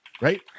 right